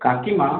কাকিমা